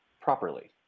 properly